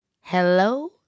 Hello